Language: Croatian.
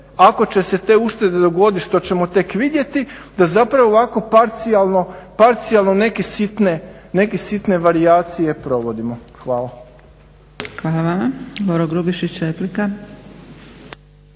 Ako će se te uštede dogodit, što ćemo tek vidjeti, da zapravo ovako parcijalno, parcijalno neke sitne varijacije provodimo. Hvala. **Zgrebec,